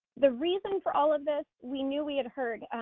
the reason for all of this, we knew we had heard,